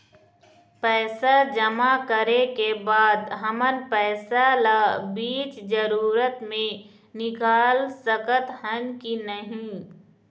पैसा जमा करे के बाद हमन पैसा ला बीच जरूरत मे निकाल सकत हन की नहीं?